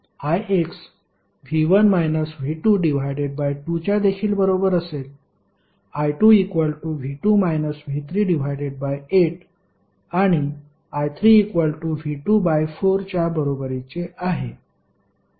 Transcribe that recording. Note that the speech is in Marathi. ix V1 V22 च्या देखील बरोबर असेल I2 V2 V38 आणि I3V24 च्या बरोबरीचे आहे